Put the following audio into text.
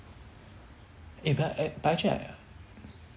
eh but but I check like